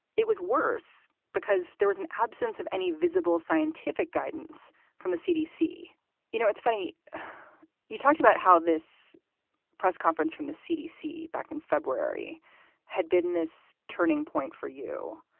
it was worse because there was an absence of any visible scientific guidance from the cdc you know, it's funny you talked about how this press conference from the cdc back in february had been this turning point for you.